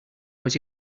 was